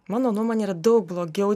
mano nuomone yra daug blogiau